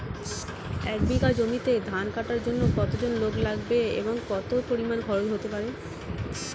এক বিঘা জমিতে ধান কাটার জন্য কতজন লোক লাগবে এবং কত পরিমান খরচ হতে পারে?